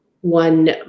one